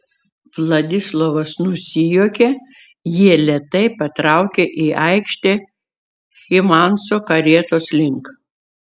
vladislovas nusijuokė jie lėtai patraukė į aikštę hymanso karietos link